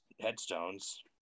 headstones